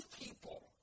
people